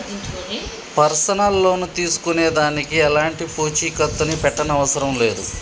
personal loan తీసుకునే దానికి ఎలాంటి పూచీకత్తుని పెట్టనవసరం లేదు